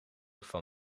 van